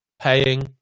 paying